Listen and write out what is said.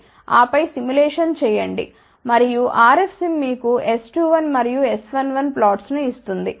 ఆపై సిములేషన్ చేయండి మరియు RFSIM మీకు S21 మరియు S11 ప్లాట్స్ ను ఇస్తుంది